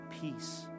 peace